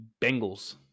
Bengals